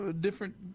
different